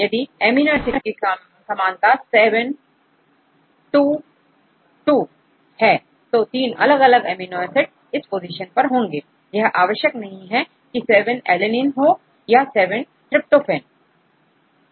यदि amino acid की समानता7 2 2 है तो तीन अलग अलग अमीनो एसिड इस पोजीशन पर होंगे यह आवश्यक नहीं है की7 alanine हो या 7 tryptophane हो